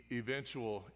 eventual